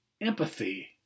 empathy